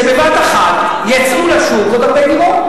שבבת-אחת יצאו לשוק עוד הרבה דירות.